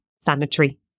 sanitary